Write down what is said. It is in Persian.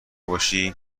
باشی